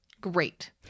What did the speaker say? Great